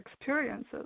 experiences